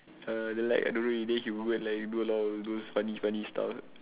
uh then like don't know then he will like go and like do a lot of those funny funny stuff